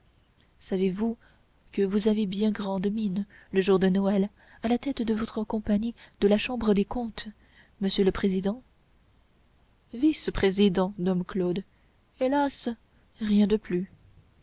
savez-vous que vous aviez bien grande mine le jour de noël à la tête de votre compagnie de la chambre des comptes monsieur le président vice-président dom claude hélas rien de plus